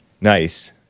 Nice